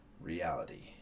reality